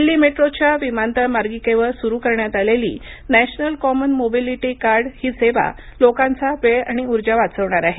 दिल्ली मेट्रोच्या विमानतळ मार्गिकेवर सुरू करण्यात आलेली नॅशनल कॉमन मोबिलिटी कार्ड ही सेवा लोकांचा वेळ आणि ऊर्जा वाचवणार आहे